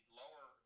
lower